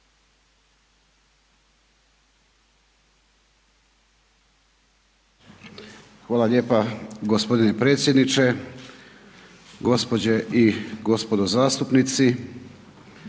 Hvala lijepa g. potpredsjedniče, gospođe i gospodo zastupnici,